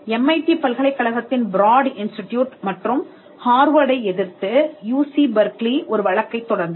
MIT பல்கலைக்கழகத்தின் Broad Institute மற்றும் ஹார்வர்டை எதிர்த்து யூசி பெர்க்லி ஒரு வழக்கைத் தொடர்ந்தது